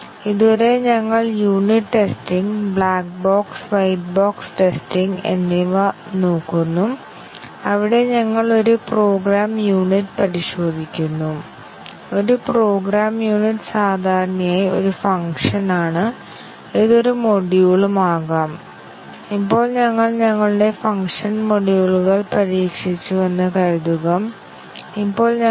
അതിനാൽ ഇത് a യുടെ നിർവചനമാണ് ഇത് a യുടെ ഉപയോഗമാണ് കൂടാതെ a യുടെ ഇന്റർവീനിങ് ഡെഫിനീഷൻ ഇല്ല അതിനാൽ a എന്ന വേരിയബിളിന്റെ നിർവ്വചനം സ്റ്റേറ്റ്മെന്റ് 5 ൽ ലൈവ് ആണ് കൂടാതെ ഇത് സ്റ്റേറ്റ്മെന്റ് 6 ൽ ലൈവ് ആണ് പക്ഷേ അത് കഴിഞ്ഞ് അത് ലൈവ് അല്ല